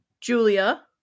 julia